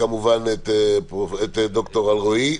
תגובת ד"ר אלרעי.